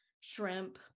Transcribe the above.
shrimp